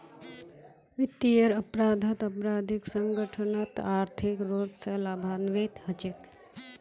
वित्तीयेर अपराधत आपराधिक संगठनत आर्थिक रूप स लाभान्वित हछेक